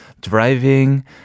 driving